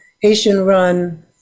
Haitian-run